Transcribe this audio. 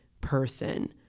person